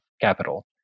capital